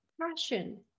passion